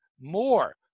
more